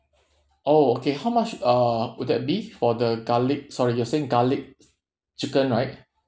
oh okay how much uh would that be for the garlic sorry you were saying garlic chicken right